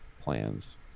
plans